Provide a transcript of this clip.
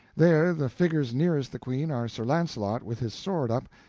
there the figures nearest the queen are sir launcelot with his sword up,